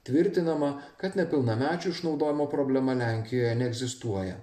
tvirtinama kad nepilnamečių išnaudojimo problema lenkijoje neegzistuoja